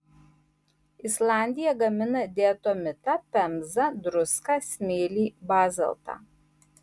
islandija gamina diatomitą pemzą druską smėlį bazaltą